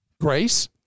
Grace